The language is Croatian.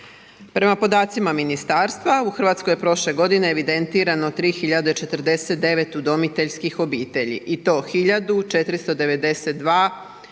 Prema podacima ministarstva, u Hrvatskoj je prošle godine evidentirano 3 hiljade 49 udomiteljskih obitelji i to hiljadu